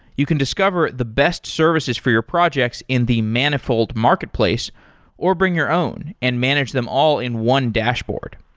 you can discover the best services for your projects in the manifold marketplace or bring your own and manage them all in one dashboard.